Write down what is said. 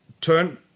turn